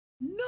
No